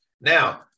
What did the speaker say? Now